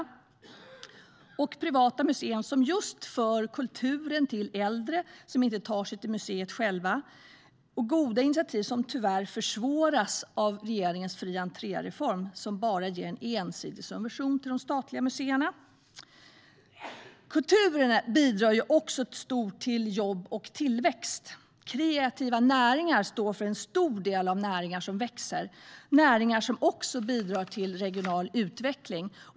Det finns privata museer som just för kulturen till äldre som inte tar sig till museet själva. Det är goda initiativ som tyvärr försvåras av regeringens reform med fri entré som bara ger en ensidig subvention till de statliga museerna. Kulturen bidrar också stort till jobb och tillväxt. Kreativa näringar står för en stor del av de näringar som växer. Det är näringar som också bidrar till regional utveckling.